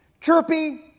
Chirpy